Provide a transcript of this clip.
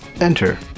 enter